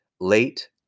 late